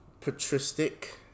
patristic